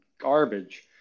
garbage